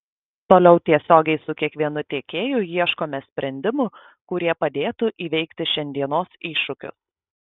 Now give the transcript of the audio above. toliau tiesiogiai su kiekvienu tiekėju ieškome sprendimų kurie padėtų įveikti šiandienos iššūkius